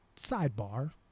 sidebar